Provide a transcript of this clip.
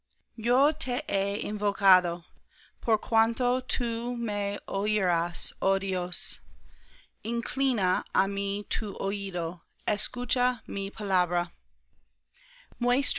yo te he invocado por cuanto tú me oirás oh dios inclina á mí tu oído escucha mi palabra